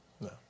No